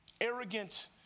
arrogant